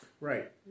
right